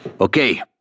Okay